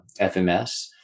FMS